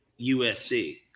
USC